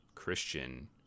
christian